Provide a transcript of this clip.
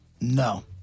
No